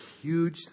huge